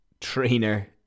trainer